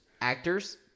actors